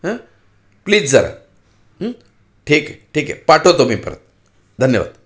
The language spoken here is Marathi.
हांं प्लीज जरा ठीक आहे ठीक आहे पाठवतो मी परत धन्यवाद